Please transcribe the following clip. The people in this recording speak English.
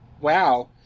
wow